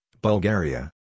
Bulgaria